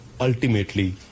ultimately